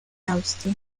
austria